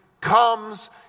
comes